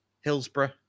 Hillsborough